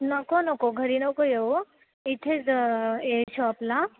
नको नको घरी नको येऊ इथेच ये शॉपला